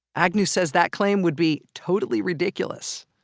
agnew says that claim would be totally ridiculous.